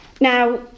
Now